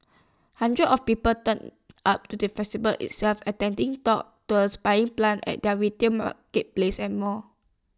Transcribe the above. hundreds of people turned up to the festival itself attending talks tours buying plants at their retail marketplace and more